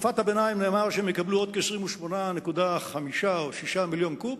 בתקופת הביניים נאמר שהם יקבלו עוד 28.5 או 28.6 מיליון קוב,